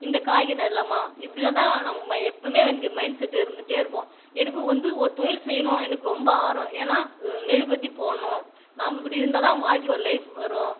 இந்த காய்கறி நடலாமா இப்படிலாம் தான் நம்ம ம எப்போயுமே எனக்கு மைண்ட்செட்டு இருந்துகிட்டே இருக்கும் எனக்கு வந்து ஒரு தொழில் செய்யணும் எனக்கு ரொம்ப ஆர்வம் ஏன்னால் மெழுகுவர்த்தி போடணும் நாம் இப்படி இருந்தால் தான் வாழ்க்கையில் ஒரு லைஃப் வரும்